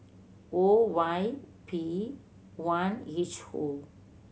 O Y P one H O